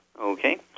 Okay